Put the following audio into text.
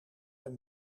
hem